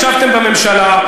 ישבתם בממשלה,